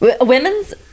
women's